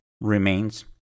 remains